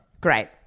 great